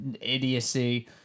idiocy